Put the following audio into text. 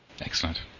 Excellent